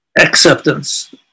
acceptance